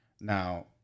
Now